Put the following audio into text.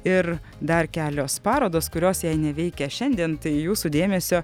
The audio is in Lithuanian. ir dar kelios parodos kurios jei neveikia šiandien tai jūsų dėmesio